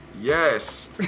Yes